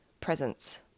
presence